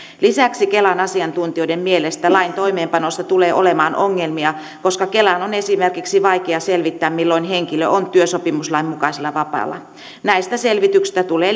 lisäksi kelan asiantuntijoiden mielestä lain toimeenpanossa tulee olemaan ongelmia koska kelan on esimerkiksi vaikea selvittää milloin henkilö on työsopimuslain mukaisella vapaalla näistä selvityksistä tulee